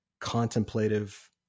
contemplative